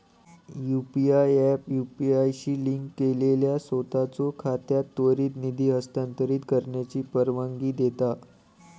UPI app UPI शी link केलेल्या सोताचो खात्यात त्वरित निधी हस्तांतरित करण्याची परवानगी देता